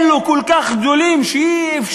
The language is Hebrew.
אלו כל כך גדולים שאי-אפשר,